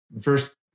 first